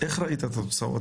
איך ראית תוצאות?